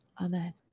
Amen